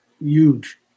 huge